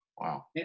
Wow